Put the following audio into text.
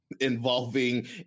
involving